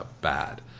bad